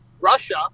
Russia